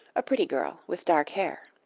a pretty girl with dark hair.